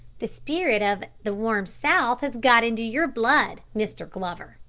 the spirit of the warm south has got into your blood, mr. glover,